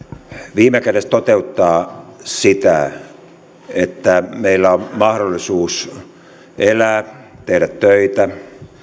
viime kädessä toteuttaa sitä että meillä on mahdollisuus elää tehdä töitä